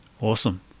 Awesome